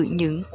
những